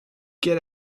get